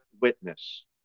witness